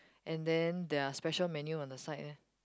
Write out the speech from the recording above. and then their special menu on the side leh